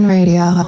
Radio